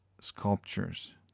sculptures